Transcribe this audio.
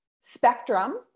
spectrum